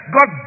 God